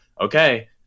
okay